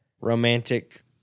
romantic